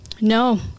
No